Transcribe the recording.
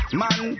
man